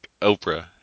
Oprah